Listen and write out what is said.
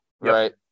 right